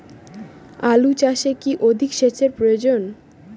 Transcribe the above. আলু চাষে কি অধিক সেচের প্রয়োজন?